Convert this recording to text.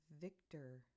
Victor